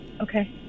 Okay